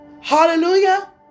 Hallelujah